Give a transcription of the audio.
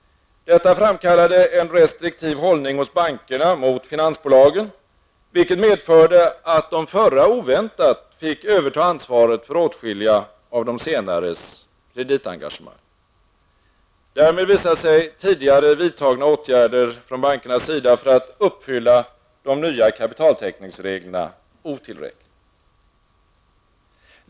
Detta framkallade en restriktiv hållning hos bankerna mot finansbolagen, vilket medförde att de förra oväntat fick överta ansvaret för åtskilliga av de senares kreditengagemang. Därmed visade sig tidigare av bankerna vidtagna åtgärder för att uppfylla de nya kapitaltäckningsreglerna otillräckliga.